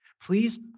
Please